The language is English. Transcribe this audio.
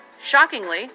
Shockingly